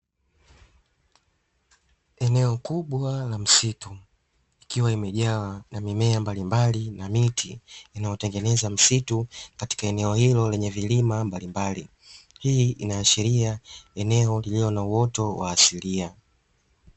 Eneo kubwa la msitu, ikiwa imejaa na mimea mbalimbali na miti inayotengeneza msitu katika eneo hilo lenye vilima mbalimbali, hii inaashiria eneo lililo na uoto wa asilia.